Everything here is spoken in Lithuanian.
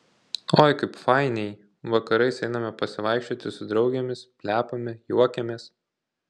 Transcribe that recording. oi kaip fainiai vakarais einame pasivaikščioti su draugėmis plepame juokiamės